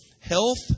health